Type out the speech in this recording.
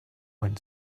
when